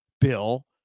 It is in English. Bill